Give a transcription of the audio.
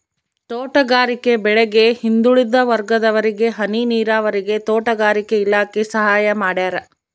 ತೋಟಗಾರಿಕೆ ಬೆಳೆಗೆ ಹಿಂದುಳಿದ ವರ್ಗದವರಿಗೆ ಹನಿ ನೀರಾವರಿಗೆ ತೋಟಗಾರಿಕೆ ಇಲಾಖೆ ಸಹಾಯ ಮಾಡ್ಯಾರ